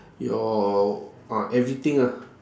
your ah everything lah